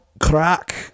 crack